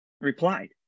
replied